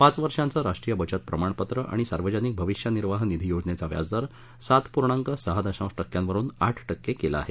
पांच वर्षांचं राष्ट्रीय बचत प्रमाणपत्र आणि सार्वजनिक भविष्य निर्वाह निधी योजनेचा व्याजदर सात पूर्णांक सहा दशांश टक्क्यावरुन आठ टक्के केला आहे